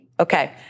Okay